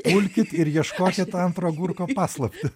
pulkit ir ieškokit antro agurko paslaptį